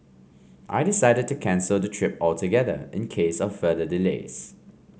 I decided to cancel the trip altogether in case of further delays